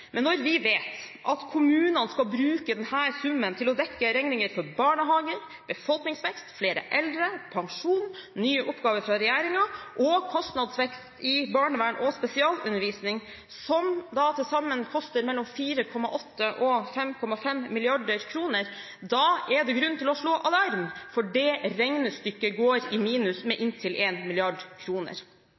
Men når vi vet at kommunene skal bruke denne summen til å dekke regninger for barnehager, befolkningsvekst, flere eldre, pensjon, nye oppgaver fra regjeringen og kostnadsvekst i barnevern og spesialundervisning, som til sammen koster mellom 4,8 mrd. kr og 5,5 mrd. kr, er det grunn til å slå alarm, for det regnestykket går i minus med inntil